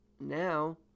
Now